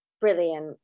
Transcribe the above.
brilliant